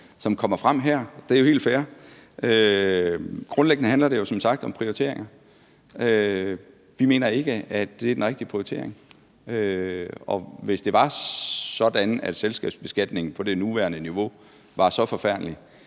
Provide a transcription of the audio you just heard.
her kommer frem, og det er jo helt fair. Grundlæggende handler det jo som sagt om prioriteringer, og vi mener ikke, at det er den rigtige prioritering. Hvis det var sådan, at selskabsbeskatningen på det nuværende niveau var så forfærdelig,